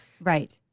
Right